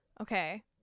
Okay